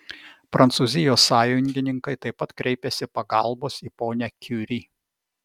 prancūzijos sąjungininkai taip pat kreipiasi pagalbos į ponią kiuri